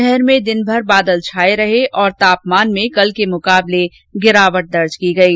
शहर में दिनभर बादल छाये रहे और तापमान में कल के मुकाबले गिरावट दर्ज की गयी